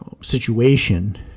situation